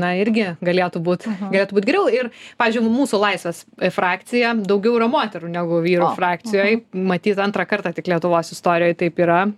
na irgi galėtų būt galėtų būt geriau ir pavyzdžiui mūsų laisvės frakcija daugiau yra moterų negu vyrų frakcijoj matyt antrą kartą tik lietuvos istorijoj taip yra